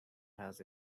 has